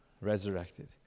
resurrected